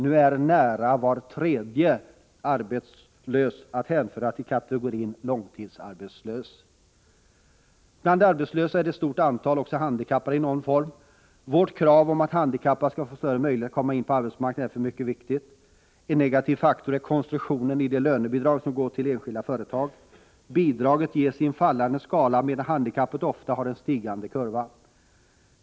Nu är nära var tredje arbetslös att hänföra till kategorin långtidsarbetslösa. Bland de arbetslösa är ett stort antal också handikappade i någon form. Vårt krav att handikappade skall få större möjligheter att komma in på arbetsmarknaden är därför mycket viktigt. En negativ faktor är konstruktionen av det lönebidrag som utgår till enskilda företag. Bidraget ges i en fallande skala, medan handikappet ofta har en stigande kurva.